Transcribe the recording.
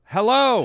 Hello